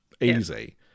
easy